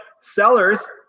sellers